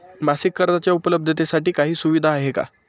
मासिक कर्जाच्या उपलब्धतेसाठी काही सुविधा आहे का?